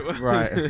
Right